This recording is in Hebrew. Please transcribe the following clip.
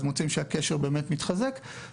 מוצאים שהקשר מתחזק.